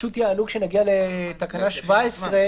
פשוט יעלו כשנגיע לתקנה 17,